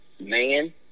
man